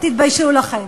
תתביישו לכם.